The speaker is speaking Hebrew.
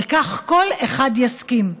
על כך כל אחד יסכים.